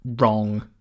wrong